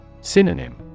Synonym